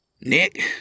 Nick